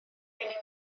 gennym